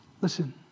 Listen